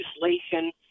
legislation